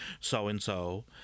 so-and-so